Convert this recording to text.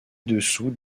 dessous